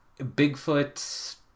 Bigfoot